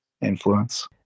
influence